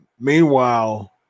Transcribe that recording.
Meanwhile